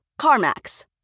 CarMax